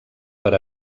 per